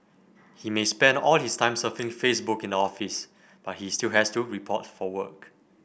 he may spend all his time surfing Facebook in the office but he still has to report for work